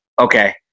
Okay